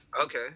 Okay